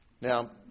Now